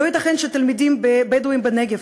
לא ייתכן שתלמידים בדואים בנגב,